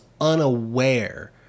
unaware